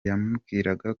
yamubwiraga